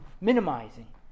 Minimizing